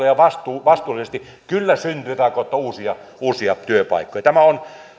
ja vastuullisesti kyllä syntyy sitä kautta uusia työpaikkoja tämä on